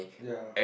ya